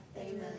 Amen